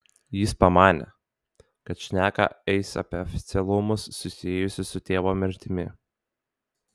jis pamanė kad šneka eis apie oficialumus susijusius su tėvo mirtimi